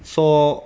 so